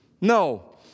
No